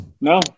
no